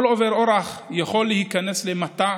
כל עובר אורח יכול להיכנס למטע,